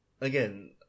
again